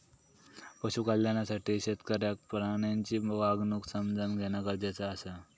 पशु कल्याणासाठी शेतकऱ्याक प्राण्यांची वागणूक समझान घेणा गरजेचा आसा